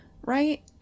right